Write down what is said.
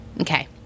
Okay